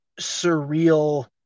surreal